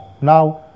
Now